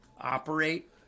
operate